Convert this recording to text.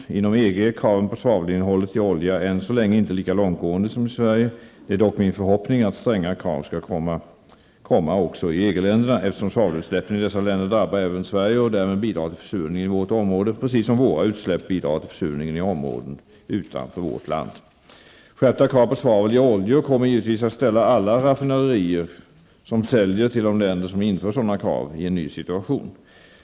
Inom EG är kraven på svavelinnehållet i olja än så länge inte lika långtgående som i Sverige. Det är dock min förhoppning att stränga krav skall komma också i EG-länderna, eftersom svavelutsläppen i dessa länder drabbar även Sverige och därmed bidrar till försurningen i vårt område, precis som våra utsläpp bidrar till försurningen i områden utanför vårt land. Skärpta krav på svavel i oljor kommer givetvis att ställa alla raffinaderier, som säljer till de länder som inför sådana krav, i en ny situation.